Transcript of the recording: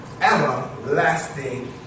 everlasting